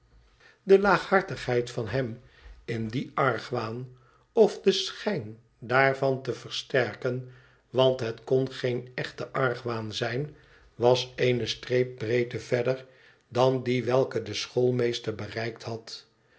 de laaghartigheid van hem in dien argwaan of den schijn daarvan te versterken want het kon geen echte argwaan zijn was eene streep breedte verder dan die welke de schoolmeester bereikt had